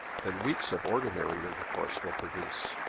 than weeks of ordinary intercourse will produce.